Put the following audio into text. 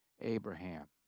Abraham